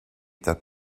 that